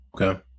Okay